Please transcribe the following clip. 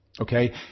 Okay